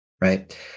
right